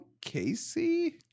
Casey